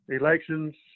elections